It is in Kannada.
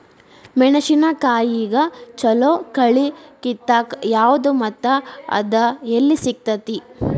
ಮೆಣಸಿನಕಾಯಿಗ ಛಲೋ ಕಳಿ ಕಿತ್ತಾಕ್ ಯಾವ್ದು ಮತ್ತ ಅದ ಎಲ್ಲಿ ಸಿಗ್ತೆತಿ?